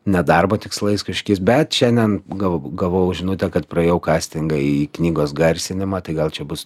ne darbo tikslais kažkokiais bet šiandien gavau gavau žinutę kad praėjau kastingą į knygos garsinimą tai gal čia bus